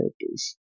characters